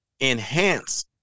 enhance